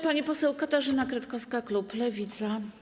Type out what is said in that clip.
Pani poseł Katarzyna Kretkowska, klub Lewica.